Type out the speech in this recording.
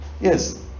yes